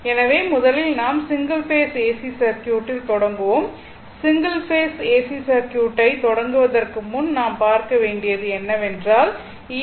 எனவே முதலில் நாம் சிங்கிள் ஃபேஸ் ஏசி சர்க்யூட்டில் தொடங்குவோம் சிங்கிள் ஃபேஸ் ஏசி சர்க்யூட்டைத் தொடங்குவதற்கு முன் நாம் பார்க்க வேண்டியது என்னவென்றால் ஈ